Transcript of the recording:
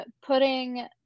putting